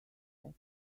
that